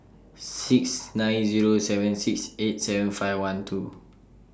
six nine Zero seven six eight seven five one two